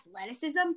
athleticism